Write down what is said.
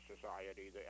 Society